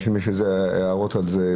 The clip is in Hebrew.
לאנשים יש הערות על זה?